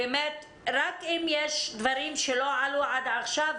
ורק אם יש דברים שלא עלו עד עכשיו,